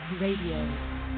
Radio